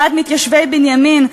ועד מתיישבי בנימין,